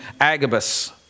Agabus